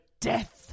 death